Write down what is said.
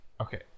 Okay